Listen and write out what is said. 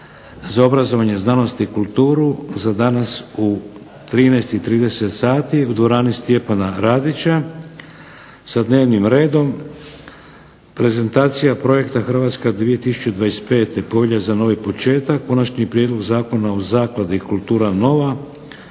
za obrazovanje, znanost i kulturu za danas u 13,30 sati u dvorani Stjepana RAdića sa dnevnim redom Prezentacija projekta HRvatska 2025. bolje za novi početak, KOnačni prijedloga Zakona o Zakladi Kultura Nova,